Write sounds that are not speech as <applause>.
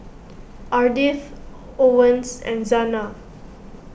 <noise> Ardith Owens and Zana